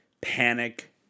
panic